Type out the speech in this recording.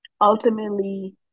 Ultimately